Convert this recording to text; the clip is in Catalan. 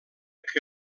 que